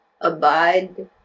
abide